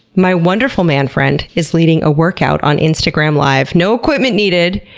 my wonderful man friend is leading a workout on instagram live. no equipment needed,